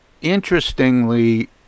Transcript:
Interestingly